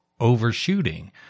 overshooting